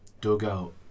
dugout